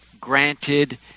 granted